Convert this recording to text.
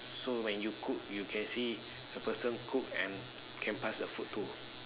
so when you cook you can see the person cook and can pass the food too